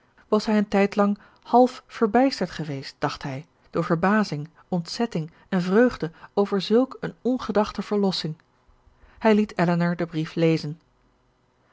was hij een tijdlang half verbijsterd geweest dacht hij door verbazing ontzetting en vreugde over zulk een ongedachte verlossing hij liet elinor den brief lezen